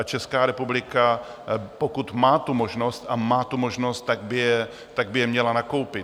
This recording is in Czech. Česká republika, pokud má tu možnost a má tu možnost by je měla nakoupit.